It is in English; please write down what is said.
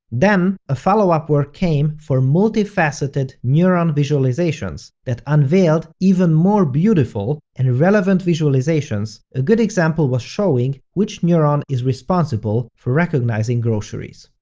then, a followup work came for multifaceted neuron visualizations, that unveiled even more beautiful and relevant visualizations, a good example was showing which neuron is responsible for recognizing groceries.